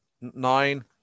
nine